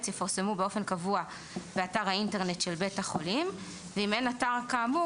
יפורסמו באופן קבוע באתר האינטרנט של בית החולים ואם אין אתר כאמור